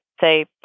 say